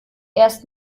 erst